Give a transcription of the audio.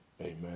amen